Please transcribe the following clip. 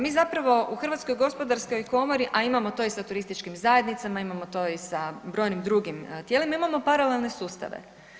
Mi zapravo u Hrvatskoj gospodarskoj komori, a imamo to i sa turističkim zajednicama, imamo to i sa brojnim drugim tijelima imamo paralelne sustave.